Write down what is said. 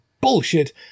bullshit